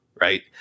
right